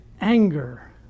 anger